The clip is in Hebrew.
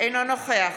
אינו נוכח